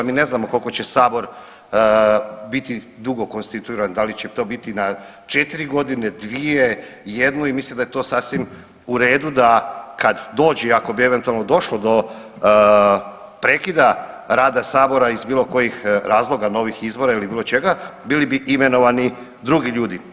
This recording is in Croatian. Mi ne znamo koliko će Sabor biti dugo konstituiran, da li će to biti na 4 godine, 2, jednu i mislim da je to sasvim u redu da kad dođe i ako bi eventualno došlo do prekida rada Sabora iz bilo kojeg razloga, novih izbora ili bilo čega bili bi imenovani drugi ljudi.